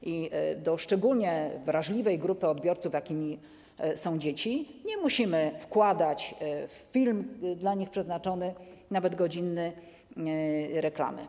W przypadku szczególnie wrażliwej grupy odbiorców, jakimi są dzieci, nie musimy wkładać w film dla nich przeznaczony, nawet godzinny, reklamy.